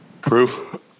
Proof